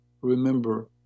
remember